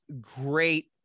Great